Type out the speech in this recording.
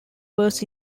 was